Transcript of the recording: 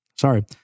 Sorry